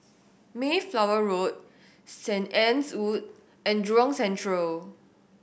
Mayflower Road Saint Anne's Wood and Jurong Central